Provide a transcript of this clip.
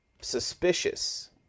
suspicious